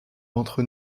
ventre